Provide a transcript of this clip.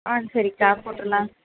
ஆ சரிக்கா போட்டுடலாம்